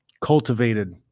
cultivated